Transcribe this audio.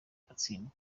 agatsindwa